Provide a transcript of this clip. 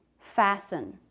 fasten,